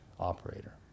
Operator